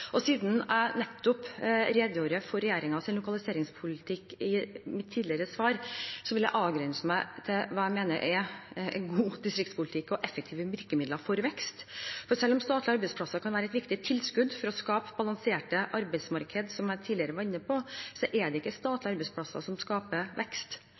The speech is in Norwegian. og god distriktspolitikk. Siden jeg nettopp redegjorde for regjeringens lokaliseringspolitikk i mitt tidligere svar, vil jeg avgrense meg til hva jeg mener er god distriktspolitikk og effektive virkemidler for vekst. Selv om statlige arbeidsplasser kan være et viktig tilskudd for å skape balanserte arbeidsmarkeder, som jeg tidligere var inne på, er det ikke statlige arbeidsplasser som skaper vekst.